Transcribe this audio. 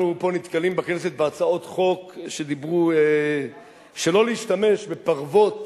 אנחנו פה בכנסת נתקלים בהצעות חוק שאמרו שלא להשתמש בפרוות